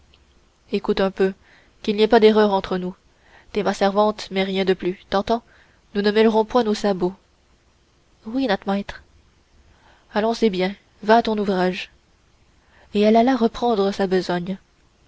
écoute un peu qu'il n'y ait pas d'erreur entre nous t'es ma servante mais rien de plus t'entends nous ne mêlerons point nos sabots oui not maître allons c'est bien va à ton ouvrage et elle alla reprendre sa besogne